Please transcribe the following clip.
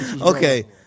Okay